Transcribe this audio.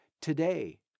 Today